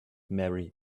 marry